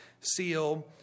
seal